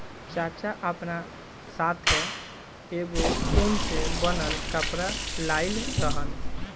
चाचा आपना साथै एगो उन से बनल कपड़ा लाइल रहन